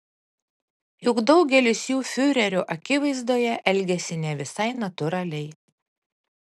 juk daugelis jų fiurerio akivaizdoje elgiasi ne visai natūraliai